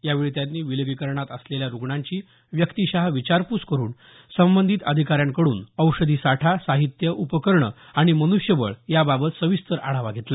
यावेळी त्यांनी विलगीकरणात असलेल्या रुग्णांची व्यक्तीशः विचारपूस करून संबंधित अधिकाऱ्यांकडून औषधी साठा साहित्य उपकरणं आणि मन्ष्यबळ या बाबत सविस्तर आढावा घेतला